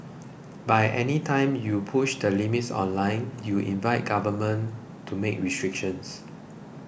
by any time you push the limits online you invite Government to make restrictions